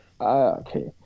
Okay